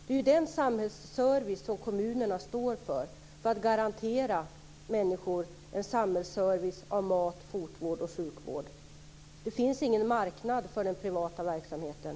Det är ju denna samhällsservice som kommunerna står för för att garantera människor en samhällsservice i form av mat, fotvård och sjukvård. Det finns ingen marknad för den privata verksamheten.